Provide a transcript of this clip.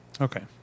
okay